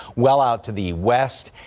well out to the west.